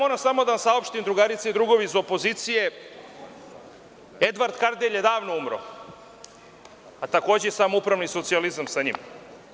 Moram samo da vam saopštim „drugarice i drugovi“ iz opozicije, Edvard Kardelj je davno umro, a takođe i samoupravni socijalizam sa njim.